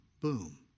boom